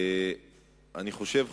אני חושב,